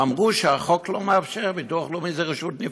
אמרו שהחוק לא מאפשר, ביטוח לאומי זה רשות נפרדת.